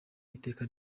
iteka